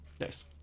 Nice